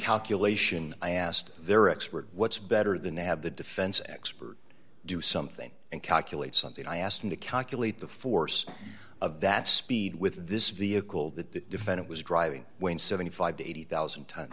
calculation i asked their expert what's better than they have the defense expert do something and calculate something i asked him to calculate the force of that speed with this vehicle that the defendant was driving went seventy five to eighty thousand